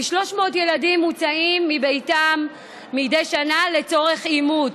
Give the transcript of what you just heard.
כ-300 ילדים מוצאים מביתם מדי שנה לצורך אימוץ.